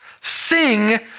sing